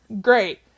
Great